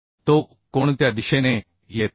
तो कोणत्या दिशेने येत आहे